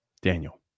Daniel